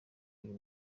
uyu